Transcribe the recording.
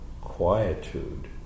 quietude